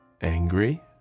angry